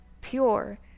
pure